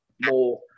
more